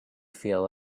feel